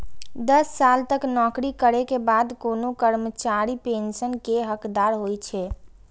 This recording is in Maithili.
दस साल तक नौकरी करै के बाद कोनो कर्मचारी पेंशन के हकदार होइ छै